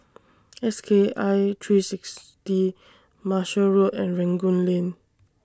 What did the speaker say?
S K I three sixty Marshall Road and Rangoon Lane